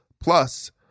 Plus